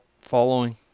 following